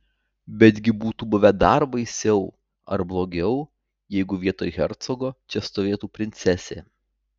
betgi būtų buvę dar baisiau ar blogiau jeigu vietoj hercogo čia stovėtų princesė